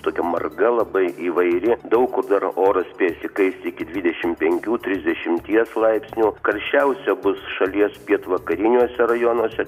tokia marga labai įvairi daug kur dar oras spės įkaisti iki dvidešim pekių trsidešimties laipsnių karščiausia bus šalies pietvakariniuose rajonuose